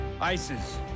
ISIS